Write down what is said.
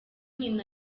nyina